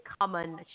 common